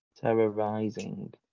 Terrorizing